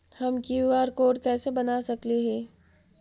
हम QR code कैसे बना सकली ही?